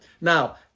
Now